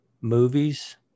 movies